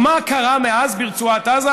ומה קרה מאז ברצועת עזה,